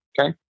okay